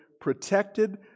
protected